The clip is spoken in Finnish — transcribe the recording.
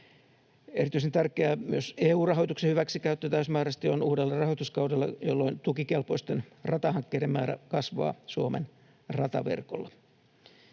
Erityisen tärkeää on myös EU-rahoituksen hyväksikäyttö täysimääräisesti uudella rahoituskaudella, jolloin tukikelpoisten ratahankkeiden määrä kasvaa Suomen rataverkolla.